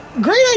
Great